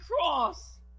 cross